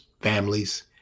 families